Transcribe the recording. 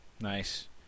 Nice